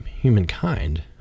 humankind